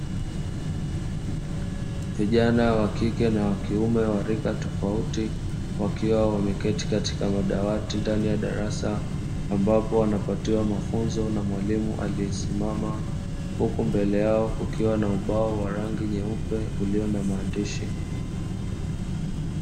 Vijana wakike na kiume wa rika tofauti, wakiwa wameketi katika madawati ndani ya darasa ambapo wanapatiwa mafunzo na mwalimu aliyesimama; huku mbele yao kukiwa na ubao wa rangi nyeupe ulio na maandishi.